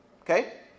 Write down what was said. Okay